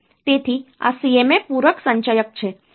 તેથી આ CMA પૂરક સંચયક છે